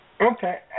Okay